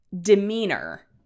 demeanor